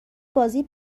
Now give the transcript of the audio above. بازی